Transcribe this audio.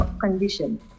condition